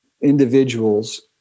individuals